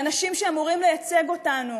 ואנשים שאמורים לייצג אותנו,